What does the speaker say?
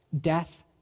death